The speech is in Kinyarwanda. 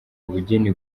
ubugeni